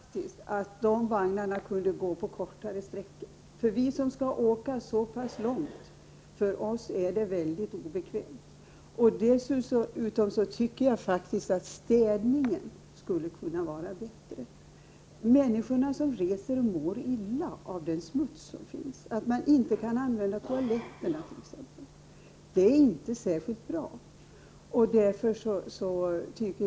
Herr talman! Jag tycker faktiskt att dessa vagnar kunde gå på kortare sträckor, eftersom det är mycket obekvämt för oss som skall åka så pass långt. Dessutom skulle städningen kunna vara bättre. Människor som reser mår illa av den smuts som finns och att det.ex. inte kan använda toaletterna. Detta är inte särskilt bra.